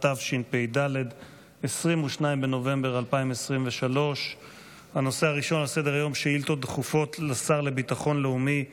2023. הנושא הראשון על סדר-היום: שאילתות דחופות לשר לביטחון לאומי.